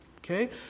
okay